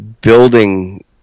building